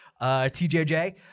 TJJ